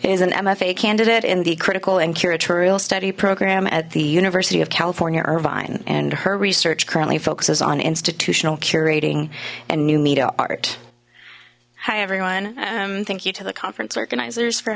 is an mfa candidate in the critical and curatorial study program at the university of california irvine and her research currently focuses on institutional curating and new media art hi everyone um thank you to the conference organizers for